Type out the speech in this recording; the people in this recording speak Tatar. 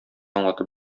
аңлатып